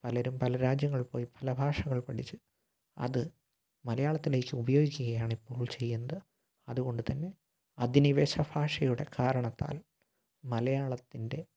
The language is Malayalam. പലരും പല രാജ്യങ്ങളില് പോയി പല ഭാഷകള് പഠിച്ച് അത് മലയാളത്തിലേക്ക് ഉപയോഗിക്കുകയാണ് ഇപ്പോൾ ചെയ്യുന്നത് അതുകൊണ്ട് തന്നെ അധിനിവേശ ഭാഷയുടെ കാരണത്താല് മലയാളത്തിന്റെ